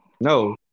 No